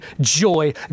joy